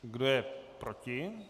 Kdo je proti?